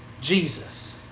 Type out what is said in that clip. Jesus